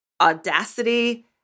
audacity